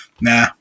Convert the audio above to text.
nah